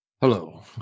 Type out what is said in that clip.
Hello